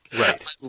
Right